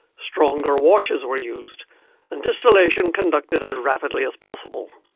stronger washes were used and distillation conducted as rapidly as possible.